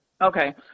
Okay